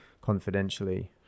confidentially